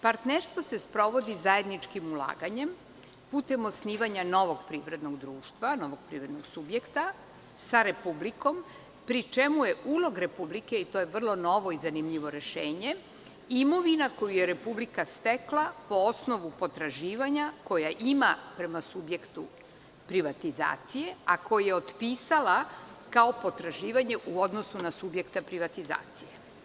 Partnerstvo se sprovodi zajedničkim ulaganjem, putem osnivanja novog privrednog društva, novog privrednog subjekta sa Republikom, pri čemu je ulog Republike, i to je vrlo novo i zanimljivo rešenje, imovina koju je Republika stekla po osnovu potraživanja koja ima prema subjektu privatizacije, a koje je otpisala kao potraživanje u odnosu na subjekta privatizacije.